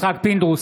יצחק פינדרוס,